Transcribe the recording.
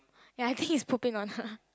ya I think it's pooping on her